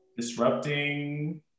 disrupting